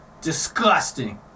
Disgusting